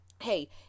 Hey